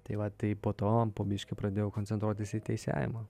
tai va tai po to po biškį pradėjau koncentruotis į teisėjavimą